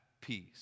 peace